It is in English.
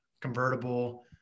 convertible